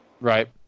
right